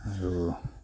আৰু